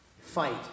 Fight